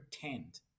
pretend